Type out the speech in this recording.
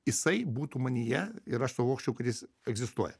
jisai būtų manyje ir aš suvokčiau kad jis egzistuoja